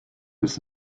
ist